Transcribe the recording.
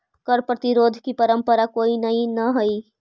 कर प्रतिरोध की परंपरा कोई नई न हई